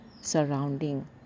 surrounding